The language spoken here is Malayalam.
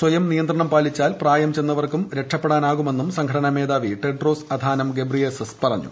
സ്വയം നിയന്ത്രണം പാലിച്ചാൽ പ്രായം ചെന്നവർക്കും രക്ഷപ്പെടാനാകുമെന്നും സംഘടനാ മേധാവി ടെഡ്രോസ് അഥാനം ഗബ്രിയേസസ് പറഞ്ഞു